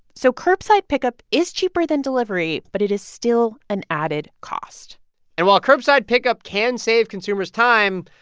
so curbside pickup is cheaper than delivery, but it is still an added cost and while curbside pickup can save consumers time,